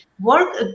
Work